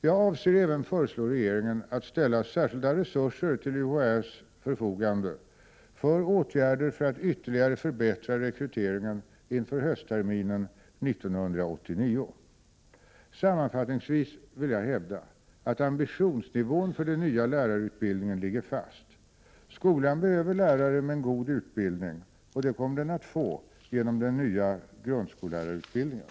Jag avser även föreslå regeringen att ställa särskilda resurser till UHÄ:s förfogande för åtgärder för att ytterligare förbättra rekryteringen inför höstterminen 1989. Sammanfattningsvis vill jag hävda att ambitionsnivån för den nya lärarutbildningen ligger fast. Skolan behöver lärare med en god utbildning och det kommer den att få genom den nya grundskollärarutbildningen.